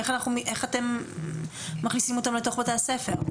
איך אתם מכניסים אותם לתוך בתי הספר?